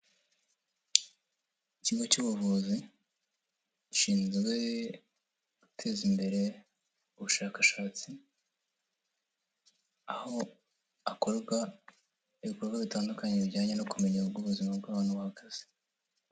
Ikigo cy'ubuvuzi, gishinzwe guteza imbere ubushakashatsi, aho hakorwa ibikorwa bitandukanye, bijyanye no kumenya uko ubuzima bw'abantu buhagaze.